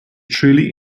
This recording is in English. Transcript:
truly